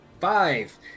Five